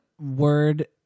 word